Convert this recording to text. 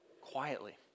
quietly